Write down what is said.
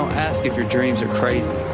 ask if your dreams are crazy,